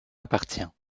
appartient